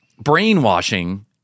brainwashing